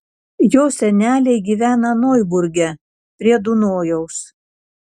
jo seneliai gyvena noiburge prie dunojaus